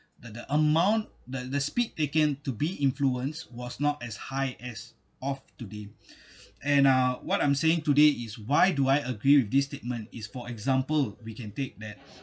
the the amount the the speed taken to be influence was not as high as of today and uh what I'm saying today is why do I agree with this statement is for example we can take that